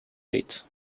eight